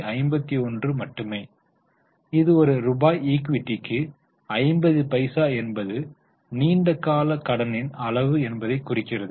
51 மட்டுமே இது ஒரு ரூபாய் ஈக்விட்டிக்கு 50 பைசா என்பது நீண்ட கால கடனின் அளவு என்பதைக் குறிக்கிறது